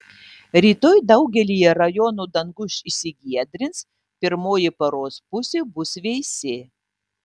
rytoj daugelyje rajonų dangus išsigiedrins pirmoji paros pusė bus vėsi